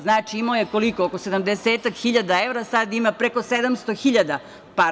Znači, imao je oko 70-ak hiljada evra, a sada ima preko 700 hiljada.